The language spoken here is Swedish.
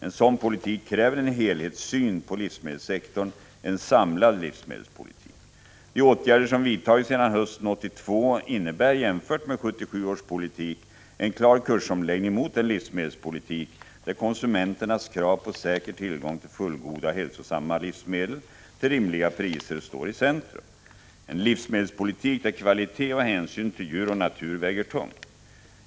En sådan politik kräver en helhetssyn på livsmedelssektorn — en samlad livsmedelspolitik. De åtgärder som vidtagits sedan hösten 1982 innebär, jämfört med 1977 års politik, en klar kursomläggning mot en livsmedelspolitik där konsumenternas krav på säker tillgång till fullgoda och hälsosamma livsmedel till rimliga priser står i centrum. En livsmedelspolitik där kvalitet och hänsyn till djur och natur väger tungt.